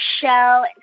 show